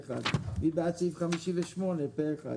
הצבעה סעיף 85(51)